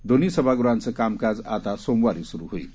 दोन्ही सभागृहाचं कामकाज आता सोमवारी सुरू होईल